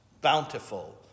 bountiful